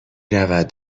رود